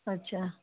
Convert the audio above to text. अच्छा